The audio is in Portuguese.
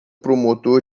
promotor